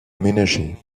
aménagées